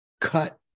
cut